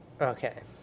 Okay